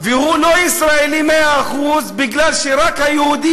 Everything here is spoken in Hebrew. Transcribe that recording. והוא לא ישראלי מאה אחוז מפני שרק היהודי